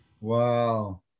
Wow